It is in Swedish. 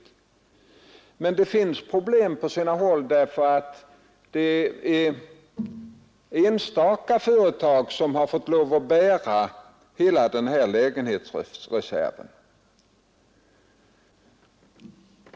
Men det finns problem på sina håll. Det är nämligen enstaka företag som har fått bära hela denna lägenhetsreserv.